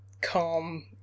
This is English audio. calm